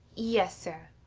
yes, sir,